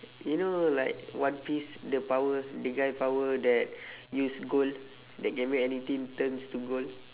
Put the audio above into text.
you know like one piece the power the guy power that use gold that can make anything turns to gold